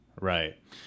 Right